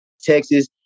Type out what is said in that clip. Texas